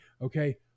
okay